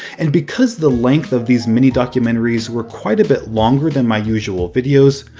and because the length of these mini-documentaries were quite a bit longer than my usual videos,